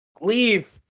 Leave